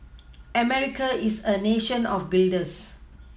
America is a nation of builders